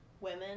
women